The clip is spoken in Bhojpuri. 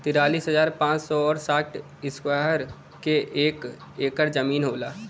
तिरालिस हजार पांच सौ और साठ इस्क्वायर के एक ऐकर जमीन होला